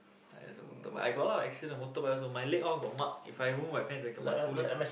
I also motorbike I got a lot of accident motorbike also my leg all got mark If I roll my pants i got my whole leg